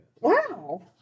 Wow